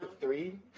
Three